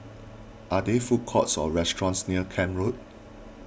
are there food courts or restaurants near Camp Road